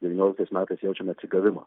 devynioliktais metais jaučiame atsigavimą